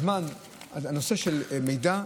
הזמן, נושא של מידע,